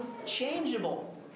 unchangeable